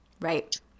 Right